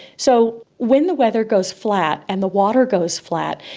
so when the weather goes flat and the water goes flat,